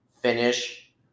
finish